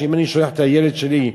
אם אני שולח את הילד שלי,